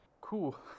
Cool